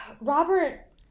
Robert